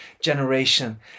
generation